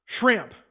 Shrimp